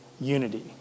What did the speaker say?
unity